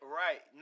right